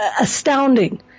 astounding